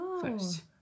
first